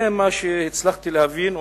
זה מה שהצלחתי להבין,